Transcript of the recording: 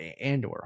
Andor